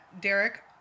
Derek